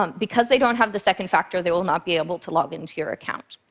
um because they don't have the second factor, they will not be able to log into your account.